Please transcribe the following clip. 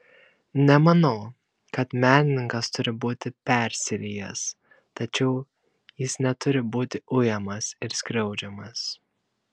nemanau kad menininkas turi būti persirijęs tačiau jis neturi būti ujamas ir skriaudžiamas